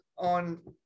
On